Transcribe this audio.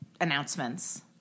announcements